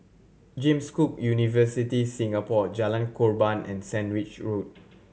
James Cook University Singapore Jalan Korban and Sandwich Road